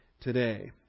today